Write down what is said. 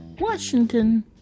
Washington